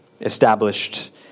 established